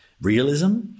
realism